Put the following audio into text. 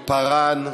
פּארן,